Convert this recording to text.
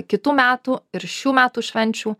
kitų metų ir šių metų švenčių